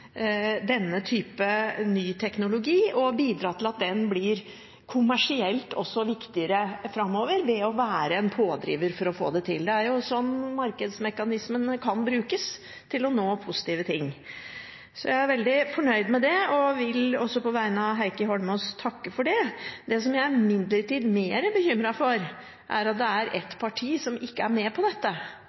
denne type ny teknologi, og bidra til at den blir kommersielt viktigere framover. Det er jo sånn markedsmekanismen kan brukes – til å nå positive ting. Så jeg er veldig fornøyd med det. Jeg vil også på vegne av Heikki Eidsvoll Holmås takke for det. Det som jeg imidlertid er mer bekymret for, er at det er et parti som ikke er med på dette.